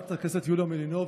אבל טוב שזאת לא תהיה הוראת